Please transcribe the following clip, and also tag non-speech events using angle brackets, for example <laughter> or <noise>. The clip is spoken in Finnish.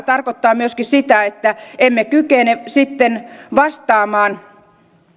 <unintelligible> tarkoittaa myöskin sitä että emme kykene sitten vastaamaan